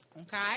okay